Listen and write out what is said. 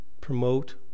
promote